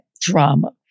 drama